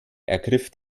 ergriff